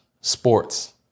sports